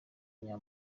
nya